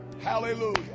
Hallelujah